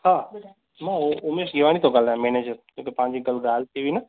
हा मां उमेश नेवाणी थो ॻाल्हायां मेनेजर कल्ह ॻाल्हि थी हुई न